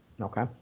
Okay